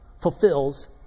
fulfills